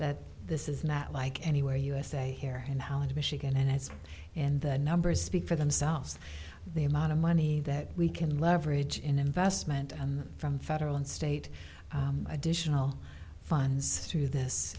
that this is not like anywhere usa here in holland michigan and it's in the numbers speak for themselves the amount of money that we can leverage in investment and from federal and state additional funds to this